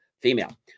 female